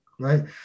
Right